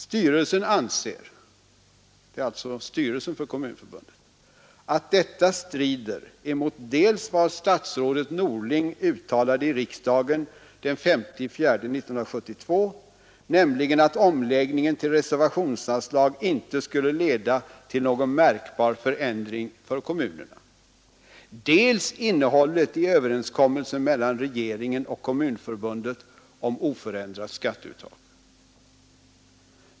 Styrelsen anser” det är alltså styrelsen för Svenska kommunförbundet — ”att detta strider emot dels vad statsrådet Norling uttalade i riksdagen den 5/4 1972, nämligen att omläggningen till reservationsanslag inte skulle leda till någon märkbar förändring för kommunerna, dels innehållet i överenskommelsen mellan regeringen och Kommunförbundet om oförändrat skatteuttag.